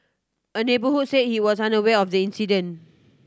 a neighbourhood say he was unaware of the incident